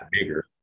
bigger